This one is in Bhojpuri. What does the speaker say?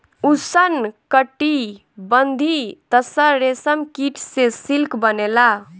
उष्णकटिबंधीय तसर रेशम कीट से सिल्क बनेला